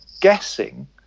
guessing